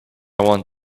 want